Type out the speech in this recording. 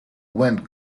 went